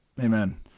Amen